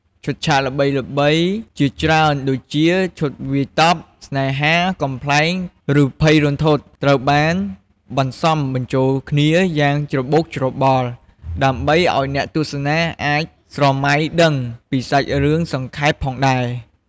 ឈុតឆាកល្បីៗជាច្រើនដូចជា ឈុតវាយតប់ ស្នេហា កំប្លែង ឬភ័យរន្ធត់ ត្រូវបានបន្សំបញ្ចូលគ្នាយ៉ាងច្របូកច្របល់ ដើម្បីឱ្យអ្នកទស្សនាអាចស្រមៃដឹងពីសាច់រឿងសង្ខេបផងដែរ ។